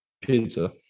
Pizza